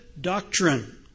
doctrine